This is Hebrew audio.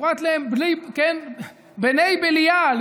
היא קוראת להם בני בלייעל.